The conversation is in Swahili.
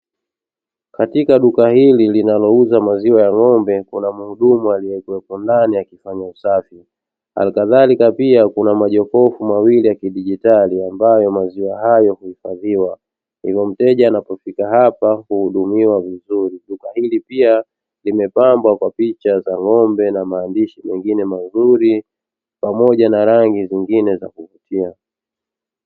Katika duka hili linalouza maziwa ya ng'ombe kuna muhudumu aliyekwepo ndani akifanya usafi. Halikadhalika pia kuna majokofu mawili ya kijidigitali ambayo maziwa hayo huifadhiwa; hivyo mteja anapofika hapa huudumiwa vizuri. Duka hili pia imepambwa kwa picha za ng'ombe na maandishi mengine mazuri , pamoja na rangi nyingine za kufifia.